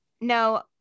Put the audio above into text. no